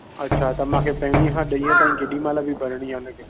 अच्छा त मूंखे पहिरींअ खां ॾहीं ताईं केॾीमहिल बि भरणी आहे हुनखे